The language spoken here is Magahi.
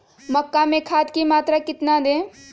मक्का में खाद की मात्रा कितना दे?